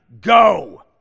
Go